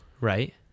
right